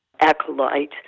acolyte